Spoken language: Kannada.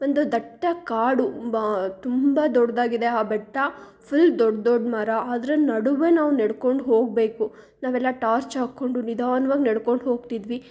ಒಂದು ದಟ್ಟ ಕಾಡು ತುಂಬ ತುಂಬ ದೊಡ್ಡದಾಗಿದೆ ಆ ಬೆಟ್ಟ ಫುಲ್ ದೊಡ್ಡ ದೊಡ್ಡ ಮರ ಅದ್ರಲ್ಲಿ ನಡುವೆ ನಾವು ನೆಡ್ಕೊಂಡು ಹೋಗಬೇಕು ನಾವೆಲ್ಲ ಟಾರ್ಚ್ ಹಾಕಿಕೊಂಡು ನಿಧಾನ್ವಾಗಿ ನೆಡ್ಕೊಂಡು ಹೋಗ್ತಿದ್ವಿ